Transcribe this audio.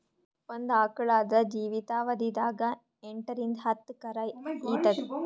ಒಂದ್ ಆಕಳ್ ಆದ್ರ ಜೀವಿತಾವಧಿ ದಾಗ್ ಎಂಟರಿಂದ್ ಹತ್ತ್ ಕರಾ ಈತದ್